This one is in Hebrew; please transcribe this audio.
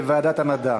אין נמנעים.